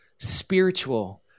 Spiritual